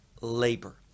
labor